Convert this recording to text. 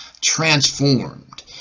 transformed